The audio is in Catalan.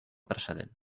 precedent